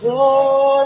Lord